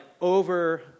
over